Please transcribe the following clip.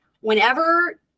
whenever